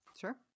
Sure